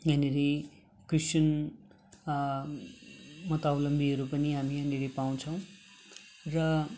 यहाँनेर क्रिस्तान मतावलम्बीहरू पनि हामी यहाँनेर पाउँछौँ र